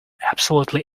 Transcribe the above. absolutely